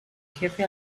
jefe